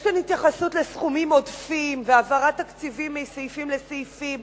יש כאן התייחסות לסכומים עודפים והעברת תקציבים מסעיפים לסעיפים.